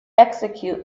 execute